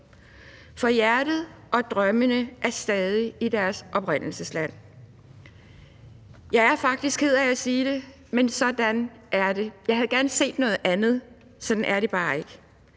for hjertet og drømmene er stadig i deres oprindelsesland. Jeg er faktisk ked af at sige det, men sådan er det. Jeg havde gerne set noget andet, men sådan er det bare ikke.